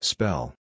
Spell